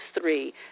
three